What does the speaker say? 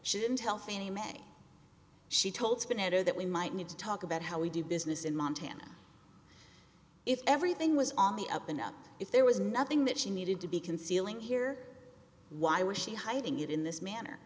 didn't tell fannie mae she told spin it or that we might need to talk about how we do business in montana if everything was on the up and up if there was nothing that she needed to be concealing here why was she hiding it in this manner